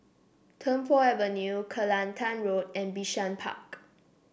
Tung Po Avenue Kelantan Road and Bishan Park